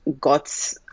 got